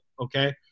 okay